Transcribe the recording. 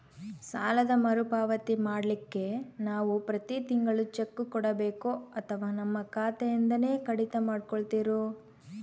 ಸಾಲದ ಮರುಪಾವತಿ ಮಾಡ್ಲಿಕ್ಕೆ ನಾವು ಪ್ರತಿ ತಿಂಗಳು ಚೆಕ್ಕು ಕೊಡಬೇಕೋ ಅಥವಾ ನಮ್ಮ ಖಾತೆಯಿಂದನೆ ಕಡಿತ ಮಾಡ್ಕೊತಿರೋ?